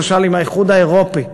למשל עם האיחוד האירופי,